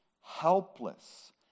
helpless